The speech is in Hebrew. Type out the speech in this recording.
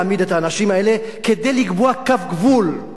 כדי לקבוע קו גבול מה מותר ומה אסור?